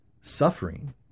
suffering